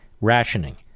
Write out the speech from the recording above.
rationing